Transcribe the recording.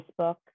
Facebook